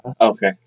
Okay